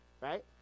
right